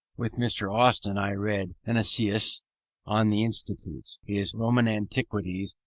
with mr. austin i read heineccius on the institutes, his roman antiquities,